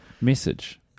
message